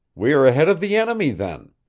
we are ahead of the enemy, then.